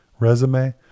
resume